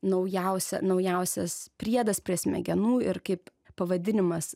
naujausia naujausias priedas prie smegenų ir kaip pavadinimas